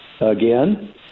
again